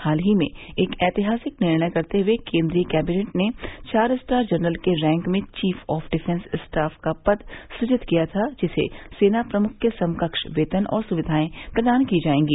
हाल ही में एक ऐतिहासिक निर्णय करते हुए केन्द्रीय कैबिनेट ने चार स्टार जनरल के रैंक में चीफ ऑफ डिफेन्स स्टाफ का पद सृजित किया था जिसे सेना प्रमुख के समकक्ष वेतन और सुक्रियाएं प्रदान की जाएंगी